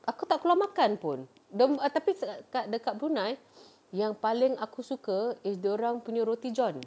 aku tak keluar makan pun dan ah tapi kat dekat brunei yang paling aku suka is dorang punya roti john